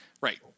right